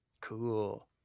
Cool